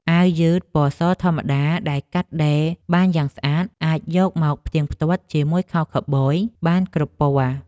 អាវយឺតពណ៌សធម្មតាដែលកាត់ដេរបានយ៉ាងស្អាតអាចយកមកផ្ទៀងផ្ទាត់ជាមួយខោខូវប៊យបានគ្រប់ពណ៌។